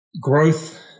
growth